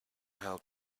how